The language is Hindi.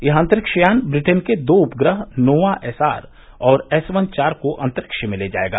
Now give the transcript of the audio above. यह अन्तरिक्षयान ब्रिटेन के दो उपग्रह नोवा एसआर और एस वन चार को अन्तरिक्ष में ले जायेगा